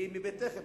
היא מבית-לחם,